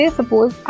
Suppose